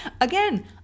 Again